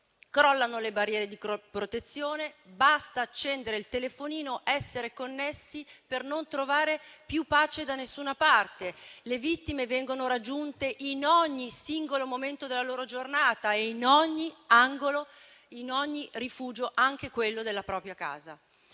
Crollano le barriere di protezione. Basta accendere il telefonino ed essere connessi per non trovare più pace da nessuna parte. Le vittime vengono raggiunte in ogni singolo momento della loro giornata e in ogni angolo, in ogni rifugio, anche quello della propria casa.